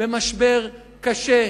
במשבר קשה.